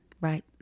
right